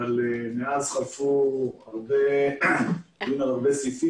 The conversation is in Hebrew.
אבל מאז חלפו הרבה סעיפים.